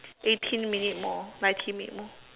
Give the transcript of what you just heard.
eighteen minutes more nineteen minute more